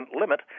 limit